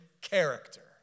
character